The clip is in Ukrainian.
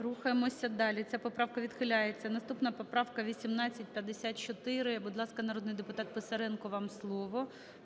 Рухаємося далі. Ця поправка відхиляється. Наступна поправка 1854. Будь ласка, народний депутат Писаренко, вам слово.